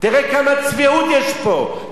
תראה כמה צביעות יש פה.